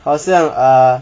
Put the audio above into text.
好像 err